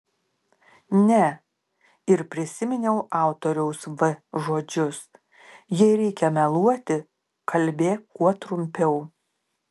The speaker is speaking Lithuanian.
ne ir prisiminiau autoriaus v žodžius jei reikia meluoti kalbėk kuo trumpiau